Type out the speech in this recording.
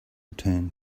return